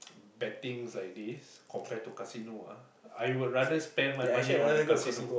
bettings like these compared to casino ah I would rather spend my money on casino